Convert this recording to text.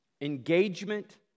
Engagement